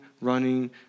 running